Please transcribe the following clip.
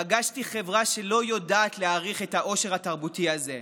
פגשתי חברה שלא יודעת להעריך את העושר התרבותי הזה.